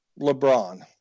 LeBron